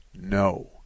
No